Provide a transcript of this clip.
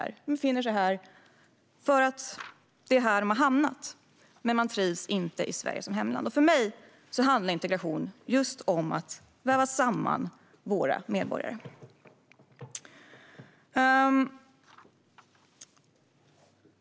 De befinner sig här därför att det är här som de har hamnat, men de trivs inte och ser inte Sverige som sitt hemland. För mig handlar integration om att väva samman våra medborgare.